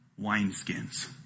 wineskins